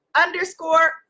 underscore